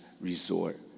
resort